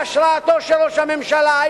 בהשראתו של ראש הממשלה,